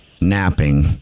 napping